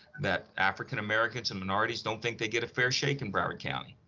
that african americans and minorities don't think they get a fair shake in broward county.